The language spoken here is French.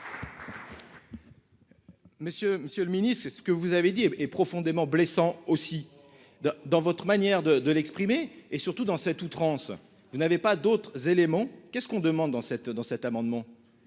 Monsieur le Ministre, c'est ce que vous avez dit est profondément blessant aussi dans dans votre manière de de l'exprimer et surtout dans cette outrance, vous n'avez pas d'autres éléments, qu'est ce qu'on demande dans cette dans